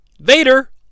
Vader